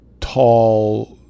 tall